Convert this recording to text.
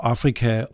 Afrika